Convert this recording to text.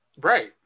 Right